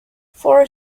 four